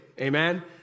Amen